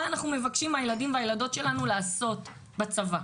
אנחנו מבקשים הילדים והילדות שלנו לעשות בצבא,